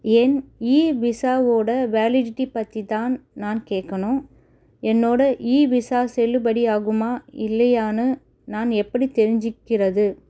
என் e விசாவோட validity பற்றி தான் நான் கேட்கணும் என்னோட இ விசா செல்லுபடியாகுமா இல்லையான்னு நான் எப்படி தெரிஞ்சுக்கிறது